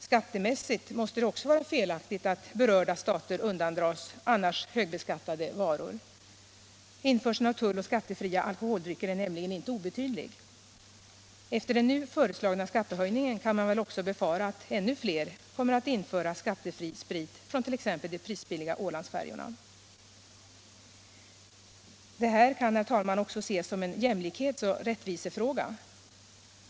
Skattemässigt måste det också vara felaktigt att berörda stater undandras skatt på annars högbeskattade varor. Införseln av tulloch skattefria alkoholdrycker är nämligen inte obetydlig! Efter den nu föreslagna skattehöjningen kan man väl också befara att ännu fler kommer att införa skattefri sprit från t.ex. de prisbilliga Ålandsfärjorna. Det här kan också ses som en jämlikhetsoch rättvisefråga.